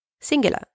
singular